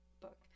book